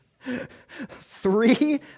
Three